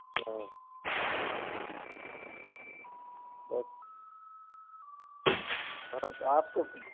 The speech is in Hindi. हाँ अच्छ हाँ तो आपको फिर